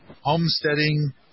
homesteading